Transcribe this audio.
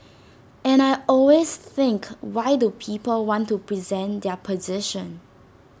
and I always think why do people want to present their position